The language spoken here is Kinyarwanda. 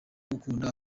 gukunda